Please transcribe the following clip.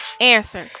answer